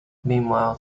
meanwhile